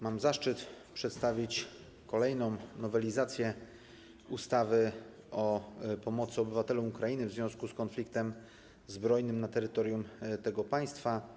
Mam zaszczyt przedstawić kolejną nowelizację ustawy o pomocy obywatelom Ukrainy w związku z konfliktem zbrojnym na terytorium tego państwa.